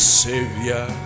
savior